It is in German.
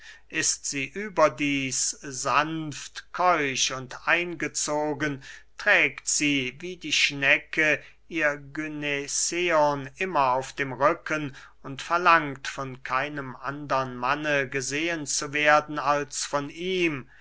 ist sie überdieß sanft keusch und eingezogen trägt sie wie die schnecke ihr gynäceon immer auf dem rücken und verlangt von keinem andern manne gesehen zu werden als von ihm